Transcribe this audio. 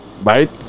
Right